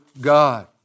God